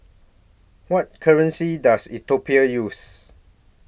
What currency Does Ethiopia use